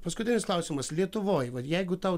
paskutinis klausimas lietuvoj vat jeigu tau